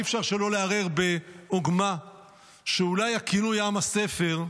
אי-אפשר שלא להרהר בעוגמה שאולי הכינוי "עם הספר"